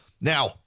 Now